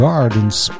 Gardens